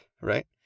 right